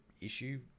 issue